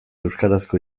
euskarazko